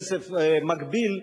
כסף מקביל,